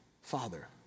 Father